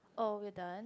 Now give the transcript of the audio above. oh we're done